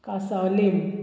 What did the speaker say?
कासावले